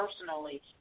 personally